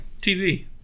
TV